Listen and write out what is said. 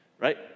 Right